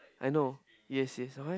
I know yes yes why